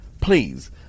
PLEASE